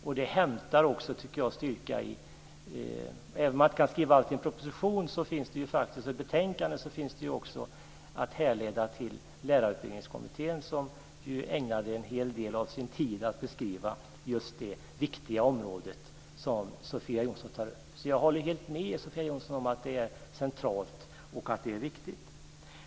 Även om man inte kan skriva allt i en proposition, så finns det faktiskt ett betänkande, och Lärarutbildningskommittén ägnade ju en hel del av sin tid åt att beskriva just det viktiga område som Sofia Jonsson tar upp. Så jag håller helt med Sofia Jonsson om att detta är centralt och viktigt.